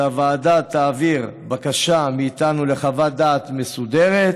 שהוועדה תעביר בקשה מאיתנו לחוות דעת מסודרת,